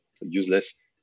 useless